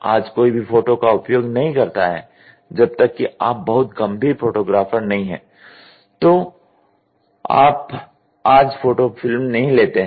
आज कोई भी फोटो का उपयोग नहीं करता है जब तक कि आप बहुत गंभीर फोटोग्राफर नहीं हैं तो आप आज फोटो फिल्म नहीं लेते हैं